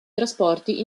trasporti